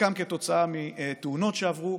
חלקם כתוצאה מתאונות שעברו,